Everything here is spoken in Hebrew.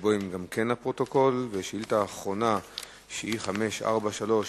ביום י"ז בחשוון התש"ע (4 בנובמבר 2009):